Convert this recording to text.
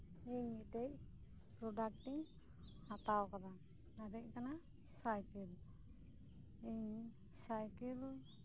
ᱤᱧ ᱢᱤᱫᱴᱮᱡ ᱯᱨᱚᱰᱟᱠ ᱤᱧ ᱦᱟᱛᱟᱣ ᱟᱠᱟᱫᱟ ᱚᱱᱟᱫᱚ ᱦᱩᱭᱩᱜ ᱠᱟᱱᱟ ᱥᱟᱭᱠᱤᱞ ᱤᱧ ᱥᱟᱭᱠᱤᱞ